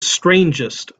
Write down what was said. strangest